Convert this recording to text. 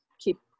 keep